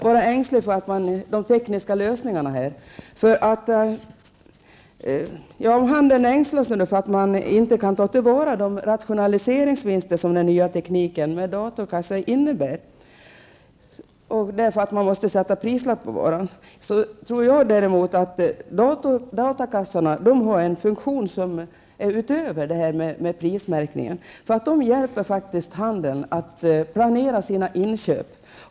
Herr talman! Jag tror inte att det finns fog för någon ängslan över de tekniska lösningarna här. Inom handeln ängslas man alltså över att det inte blir möjligt att tillvarata de rationaliseringsvinster som den nya tekniken med datakassor innebär. Det behövs ju en prislapp på varorna. Själv tror jag att datakassorna har en annan funktion -- jag bortser då från det här med prismärkningen. Datakassorna är faktiskt en hjälp för handeln när det gäller planeringen av inköp.